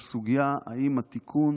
יש סוגיה אם התיקון